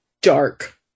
dark